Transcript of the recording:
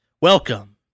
welcome